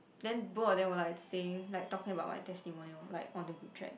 then both of them were like saying like talking about my testimonial like on the group chat